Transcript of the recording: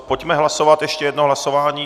Pojďme hlasovat ještě jedno hlasování.